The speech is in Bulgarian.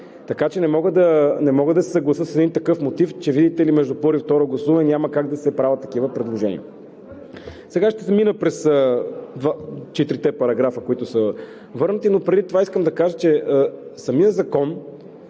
Така че не мога да се съглася с един такъв мотив, че видите ли между първо и второ гласуване няма как да се правят такива предложения. Сега ще мина през четирите параграфа, които са върнати, но преди това искам да кажа, че самият Закон